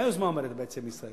מה היוזמה אומרת בעצם לישראל?